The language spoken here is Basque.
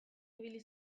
ibili